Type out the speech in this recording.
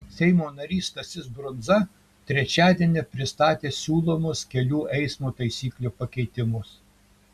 seimo narys stasys brundza trečiadienį pristatė siūlomus kelių eismo taisyklių pakeitimus